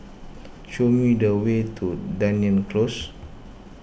show me the way to Dunearn Close